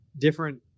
different